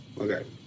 Okay